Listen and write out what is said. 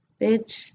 bitch